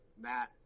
Matt